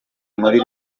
muri